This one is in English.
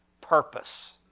purpose